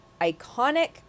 Iconic